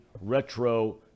retro